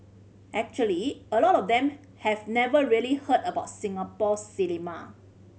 actually a lot of them have never really heard about Singapore cinema